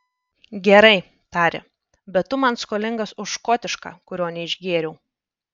gerai tarė bet tu man skolingas už škotišką kurio neišgėriau